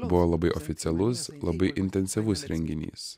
buvo labai oficialus labai intensyvus renginys